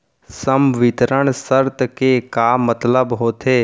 संवितरण शर्त के का मतलब होथे?